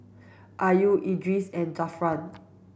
Ayu Idris and Zafran